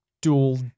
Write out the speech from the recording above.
dual